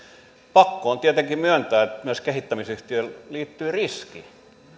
pakko on tietenkin myöntää että myös kehittämisyhtiöön liittyy riski